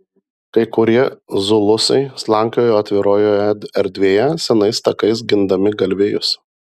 kai kurie zulusai slankiojo atviroje erdvėje senais takais gindami galvijus